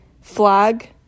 Flag